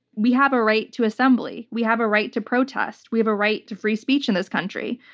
we have a right to assembly. we have a right to protest. we have a right to free speech in this country.